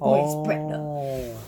oh